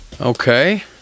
Okay